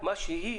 שהיא